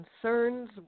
concerns